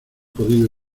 podido